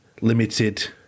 limited